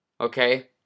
Okay